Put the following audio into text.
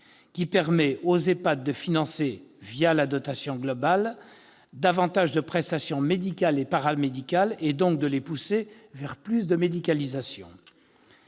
qui permet aux EHPAD de financer, leur dotation globale, davantage de prestations médicales et paramédicales, et donc de les pousser vers plus de médicalisation